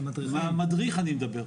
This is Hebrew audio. על מדריך אני מדבר.